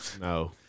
No